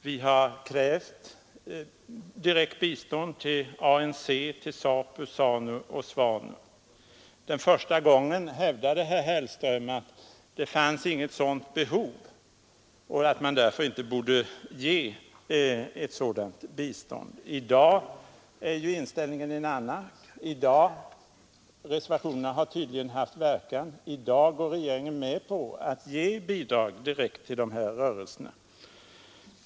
Vi har krävt direkt bistånd till ANC, ZAPU, ZANU och SWAPO. Den första gången hävdade herr Hellström att det inte fanns något sådant behov att utvidga hjälpen på detta sätt och avstyrkte därför att sådant bistånd lämnas. I dag är inställningen en annan — reservationerna har tydligen haft verkan. I dag går regeringen med på att ge bidrag direkt till de här rörelserna.